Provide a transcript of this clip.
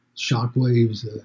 shockwaves